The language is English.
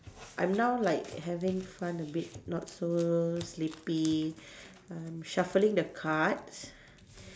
I'm now like having fun a bit not so sleepy I'm shuffling the cards